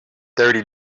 thirty